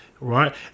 Right